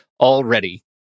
already